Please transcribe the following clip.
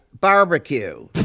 Barbecue